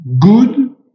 good